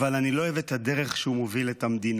אבל אני לא אוהב את הדרך שבה הוא מוביל את המדינה.